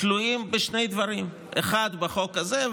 תלויות בשני דברים: האחד הוא החוק הזה,